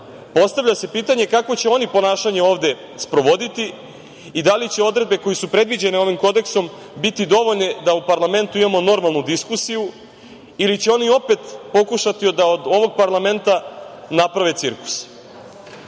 postavlja se pitanje kakvo će oni ponašanje ovde sprovoditi i da li će odredbe koje su predviđene ovim Kodeksom biti dovoljne da u parlamentu imamo normalnu diskusiju ili će oni opet pokušati da od ovog parlamenta naprave cirkus? Iako